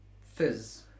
Fizz